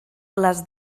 les